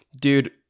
dude